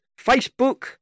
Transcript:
Facebook